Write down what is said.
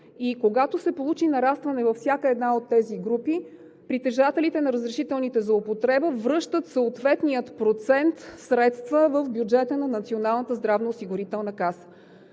Когато се получи нарастване във всяка една от тези групи, притежателите на разрешителните за употреба, връщат съответния процент средства в бюджета на